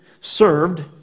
served